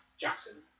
Jackson